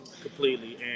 completely